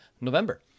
November